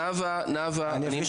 צבי, נאוה, אני מבקש.